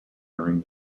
during